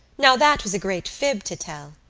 now that was a great fib to tell.